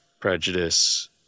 prejudice